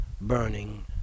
burning